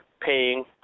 paying